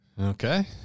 Okay